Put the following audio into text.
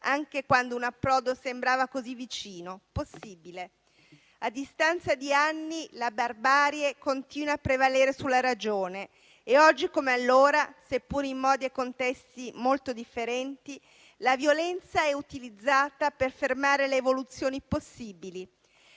anche quando un approdo sembrava così vicino e possibile. A distanza di anni la barbarie continua a prevalere sulla ragione e oggi come allora, seppur in modi e contesti molto differenti, la violenza è utilizzata per fermare le evoluzioni possibili,